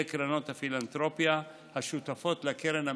קרנות הפילנתרופיה השותפות לקרן הממשלתית.